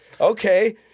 okay